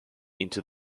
into